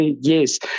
yes